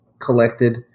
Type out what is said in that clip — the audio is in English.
collected